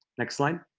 next slide.